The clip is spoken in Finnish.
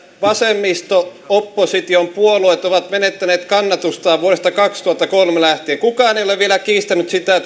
vasemmisto opposition puolueet ovat menettäneet kannatustaan vuodesta kaksituhattakolme lähtien kukaan ei ole vielä kiistänyt sitä